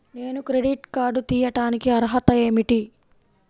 నేను credit card తీయడానికి అర్హత ఏమిటి?